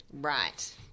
Right